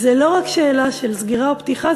זו לא רק שאלה של סגירה או פתיחה,